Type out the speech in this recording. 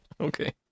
Okay